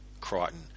Crichton